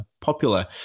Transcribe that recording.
popular